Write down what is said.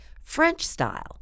French-style